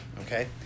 okay